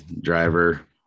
driver